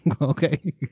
Okay